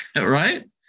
Right